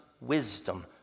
wisdom